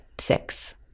six